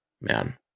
Man